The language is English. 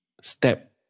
step